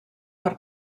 per